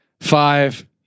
Five